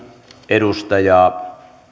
edustaja